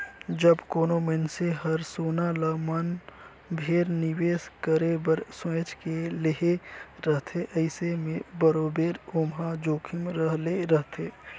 जब कोनो मइनसे हर सोना ल मन भेर निवेस करे बर सोंएच के लेहे रहथे अइसे में बरोबेर ओम्हां जोखिम रहले रहथे